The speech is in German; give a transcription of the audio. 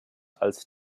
als